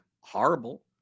horrible